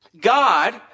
God